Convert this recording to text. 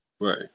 Right